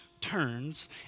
turns